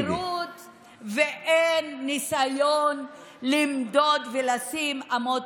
אין סבירות ואין ניסיון למדוד ולהציב אמות